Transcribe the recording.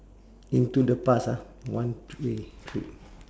into the past ah one way trip